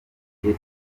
igihe